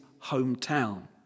hometown